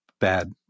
bad